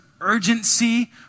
urgency